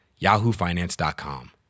yahoofinance.com